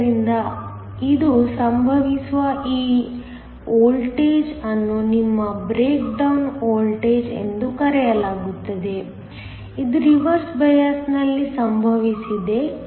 ಆದ್ದರಿಂದ ಇದು ಸಂಭವಿಸುವ ಈ ವೋಲ್ಟೇಜ್ ಅನ್ನು ನಿಮ್ಮ ಬ್ರೇಕ್ ಡೌನ್ ವೋಲ್ಟೇಜ್ ಎಂದು ಕರೆಯಲಾಗುತ್ತದೆ ಇದು ರಿವರ್ಸ್ ಬಯಾಸ್ನಲ್ಲಿ ಸಂಭವಿಸುತ್ತದೆ